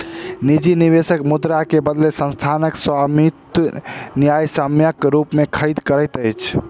निजी निवेशक मुद्रा के बदले संस्थानक स्वामित्व न्यायसम्यक रूपेँ खरीद करैत अछि